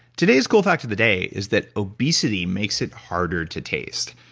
today's cool factor the day is that obesity makes it harder to taste.